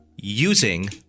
Using